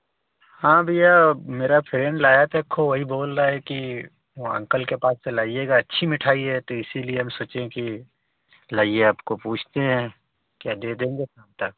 हाँ भैया अब मेरा फ्रेंड लाया था एक खो वही बोलै है कि वहाँ अंकल के पास से लाइएगा अच्छी मिठाई है तो इसीलिए हम सोचें कि लाइए आपको पूछते हैं क्या दे देंगे कब तक